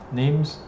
names，